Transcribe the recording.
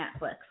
Netflix